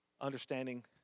understanding